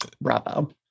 Bravo